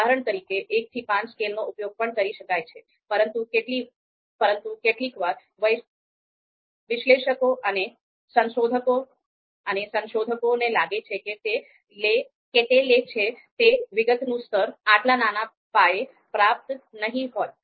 ઉદાહરણ તરીકે 1 થી 5 સ્કેલનો ઉપયોગ પણ કરી શકાય છે પરંતુ કેટલીકવાર વિશ્લેષકો અને સંશોધકોને લાગે છે કે તે લે છે તે વિગતનું સ્તર આટલા નાના પાયે પર્યાપ્ત નહીં હોય